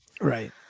right